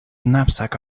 knapsack